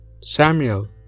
Samuel